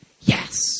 Yes